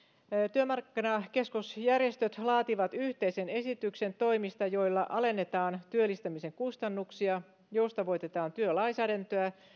työmarkkinakeskusjärjestöt laativat yhteisen esityksen toimista joilla alennetaan työllistämisen kustannuksia joustavoitetaan työlainsäädäntöä